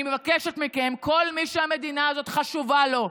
אני מבקשת מכם, כל מי שהמדינה הזאת חשובה לו,